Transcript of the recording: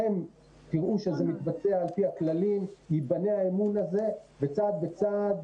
שלושה שבועות ואתם תראו שזה התבצע על פי הכללים וצעד צעד